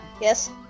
Yes